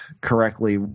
correctly